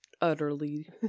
Utterly